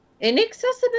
inaccessibility